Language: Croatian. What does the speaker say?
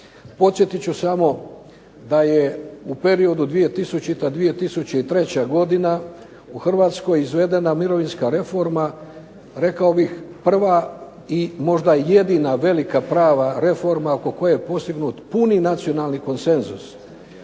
Podsjetit ću samo da je u periodu 2000. i 2003. godine u Hrvatskoj izvedena mirovinska reforma rekao bih možda jedina velika prava reforma oko koje je postignut puni nacionalni konsenzus.